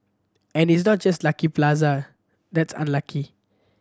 and it's not just Lucky Plaza that's unlucky